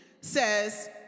says